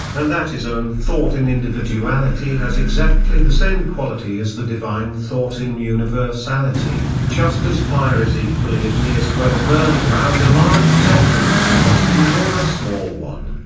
and that his own thought in individuality has exactly the same quality as the divine thought in universality, just as fire is equally igneous whether burning round a large centre of combustion or a small one,